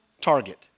target